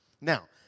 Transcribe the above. Now